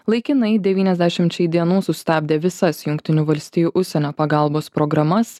laikinai devyniasdešimčiai dienų sustabdė visas jungtinių valstijų užsienio pagalbos programas